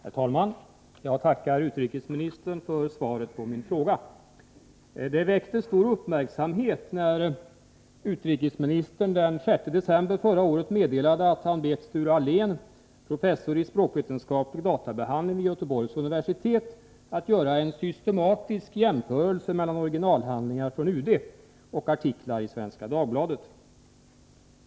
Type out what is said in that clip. Herr talman! Jag tackar utrikesministern för svaret på min fråga. Det väckte stor uppmärksamhet när utrikesministern den 6 december förra året meddelade att man bett Sture Allén, professor i språkvetenskaplig databehandling vid Göteborgs universitet, att göra en systematisk jämförelse mellan originalhandlingar från UD och artiklar i Svenska Dagbladet.